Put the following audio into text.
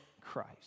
Christ